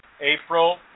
April